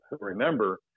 remember